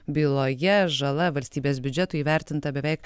byloje žala valstybės biudžetui įvertinta beveik